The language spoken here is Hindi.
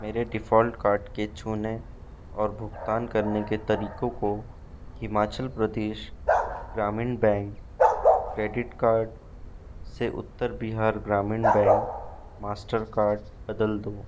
मेरे डिफ़ॉल्ट कार्ड के छूने और भुगतान करने के तरीके को Himachal Pradesh Gramin bank credit card से Uttar Bihar Gramin bank Mastercard बदल दो